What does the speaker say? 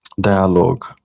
dialogue